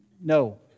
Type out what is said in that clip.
No